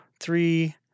three